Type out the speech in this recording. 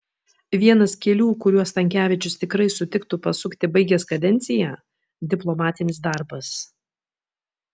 vienas kelių kuriuo stankevičius tikrai sutiktų pasukti baigęs kadenciją diplomatinis darbas